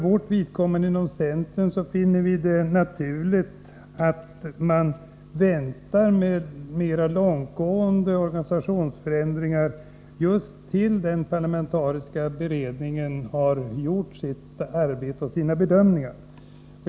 Vi inom centern finner det naturligt att man väntar med mera långtgående organisationsförändringar till dess att just den parlamentariska beredningen har gjort sitt arbete och sina bedömningar.